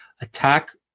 attack